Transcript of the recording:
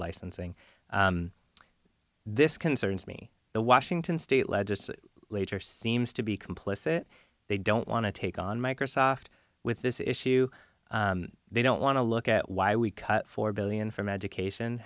licensing this concerns me the washington state legislature later seems to be complicit they don't want to take on microsoft with this issue they don't want to look at why we cut four billion from education